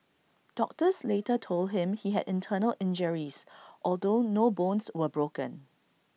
doctors later told him he had internal injuries although no bones were broken